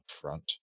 front